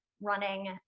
running